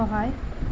সহায়